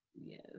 Yes